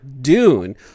Dune